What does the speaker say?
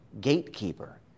gatekeeper